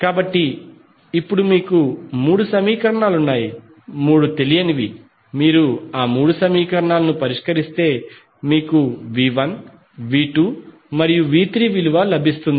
కాబట్టి ఇప్పుడు మీకు మూడు సమీకరణాలు ఉన్నాయి మూడు తెలియనివి మీరు ఆ మూడు సమీకరణాలను పరిష్కరిస్తే మీకు V1V2 మరియు V3 విలువ లభిస్తుంది